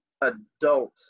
adult